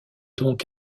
donc